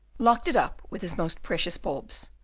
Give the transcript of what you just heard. locked it up with his most precious bulbs,